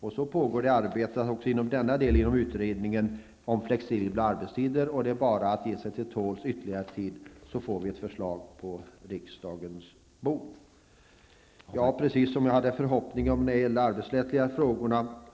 Nu pågår det arbete också i denna del inom utredningen om flexibla arbetstider, och det är väl bara att ge sig till tåls ytterligare någon tid, så får vi ett förslag på riksdagens bord. Jag hade en förhoppning om en bred uppslutning kring de arbetsrättsliga frågorna.